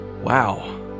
Wow